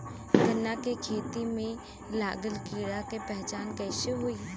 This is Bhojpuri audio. गन्ना के खेती में लागल कीड़ा के पहचान कैसे होयी?